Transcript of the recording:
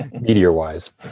meteor-wise